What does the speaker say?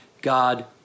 God